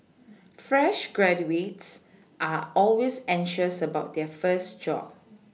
fresh graduates are always anxious about their first job